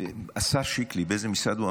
השר שיקלי, באיזה משרד הוא?